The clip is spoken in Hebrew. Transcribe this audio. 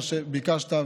מה שביקשת,